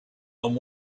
and